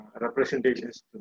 representations